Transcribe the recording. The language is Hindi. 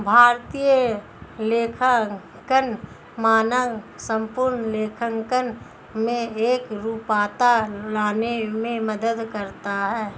भारतीय लेखांकन मानक संपूर्ण लेखांकन में एकरूपता लाने में मदद करता है